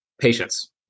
Patience